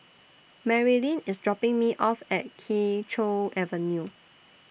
Marylin IS dropping Me off At Kee Choe Avenue